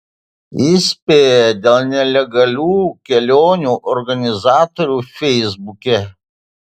įspėja dėl nelegalių kelionių organizatorių feisbuke